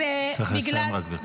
צריכה לסיים, גברתי.